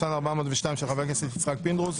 פ/402/24 של חבר הכנסת יצחק פינדרוס,